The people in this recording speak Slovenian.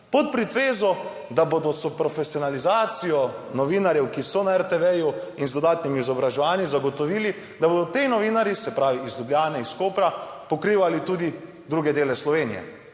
Pod pretvezo, da bodo s profesionalizacijo novinarjev, ki so na RTV ju in z dodatnimi izobraževanji zagotovili, da bodo ti novinarji, se pravi iz Ljubljane iz Kopra, pokrivali tudi druge dele Slovenije.